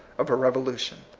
of a revolution.